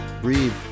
Breathe